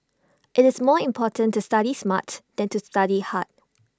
IT is more important to study smart than to study hard